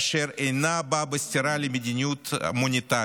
אשר אינה באה בסתירה למדיניות מוניטרית.